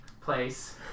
place